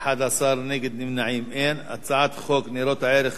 חוק ניירות ערך